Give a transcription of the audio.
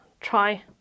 try